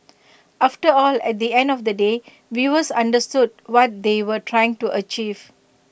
after all at the end of the day viewers understood what they were trying to achieve